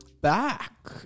back